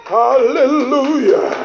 hallelujah